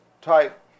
type